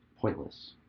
pointless